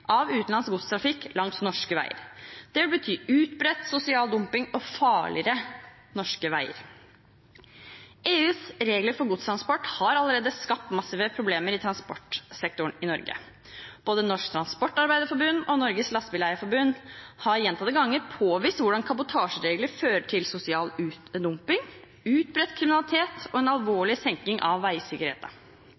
av utenlandsk godstrafikk langs norske veier. Det vil bety utbredt sosial dumping og farligere norske veier. EUs regler for godstransport har allerede skapt massive problemer i transportsektoren i Norge. Både Norsk Transportarbeiderforbund og Norges Lastebileier-Forbund har gjentatte ganger påvist hvordan kabotasjeregler fører til sosial dumping, utbredt kriminalitet og en